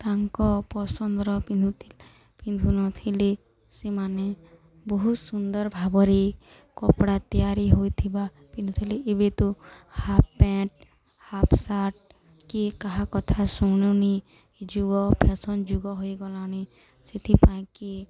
ତାଙ୍କ ପସନ୍ଦର ପିନ୍ଧୁ ଥିଲେ ପିନ୍ଧୁନଥିଲେ ସେମାନେ ବହୁତ ସୁନ୍ଦର ଭାବରେ କପଡ଼ା ତିଆରି ହୋଇଥିବା ପିନ୍ଧୁଥିଲେ ଏବେ ତ ହାଫ୍ ପ୍ୟାଣ୍ଟ ହାଫ୍ ସାର୍ଟ କିଏ କାହା କଥା ଶୁଣୁନି ଏ ଯୁଗ ଫ୍ୟାସନ୍ ଯୁଗ ହୋଇଗଲାଣି ସେଥିପାଇଁ କି